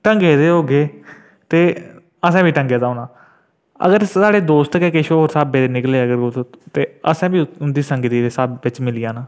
ढंगै दे होग्गे ते असें बी ढंगै दे होना अगर साढ़े दोस्त गै किश होर स्हाबै दे निकलङन असें बी उं'दी संगती दे स्हाबै च मिली जाना